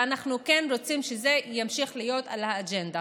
ואנחנו כן רוצים שזה ימשיך להיות באג'נדה.